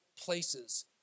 places